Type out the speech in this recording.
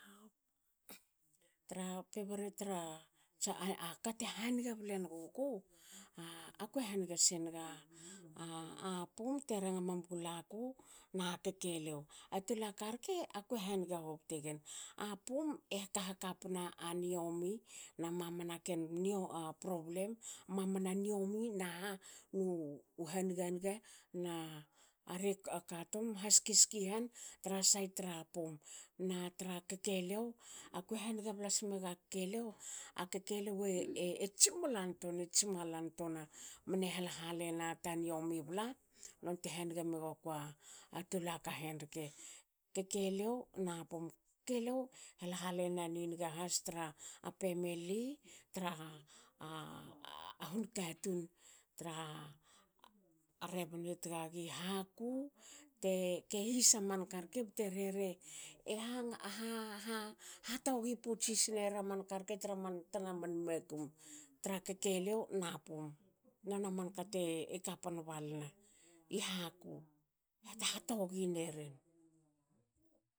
Tra peveret tra tsa kate haniga blenguku. a akue haniga senaga a pum te ranga mam gulaku na kekeliou. Atol aka rke akue haniga hobte gen. A pum e hak- hakpana a niomi na mamana ken problem. mamana niomi naha nu ha niganiga na haski skihan tra sait tra pum. na tra kekeliou akue haniga blas mega kekeliou. a kekeliou e tsimlan toana. e tsimalan toana mne hal- halena ta niomi bla nonte haniga megakua tol aka hen rke, kekeliou na pum. Kekeliou hal halena ni niga has tra pemeli. tra hun katun tra rebni tagagi haku te ke his aman ka rke bte rhere e hang ha togi putsis near man tana man ka rke tra man tana man makum. tra kekeliou na pum. Nona manka rke te kapan balna i haku. hathatogineri.